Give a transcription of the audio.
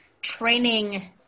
training